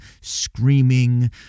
screaming